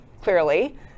clearly